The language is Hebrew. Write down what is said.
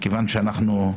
מכיוון שאנחנו אולי